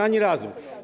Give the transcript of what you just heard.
Ani razu.